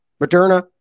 Moderna